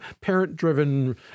parent-driven